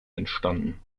entstanden